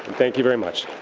thank you very much.